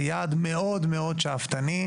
זה יעד מאוד מאוד שאפתני,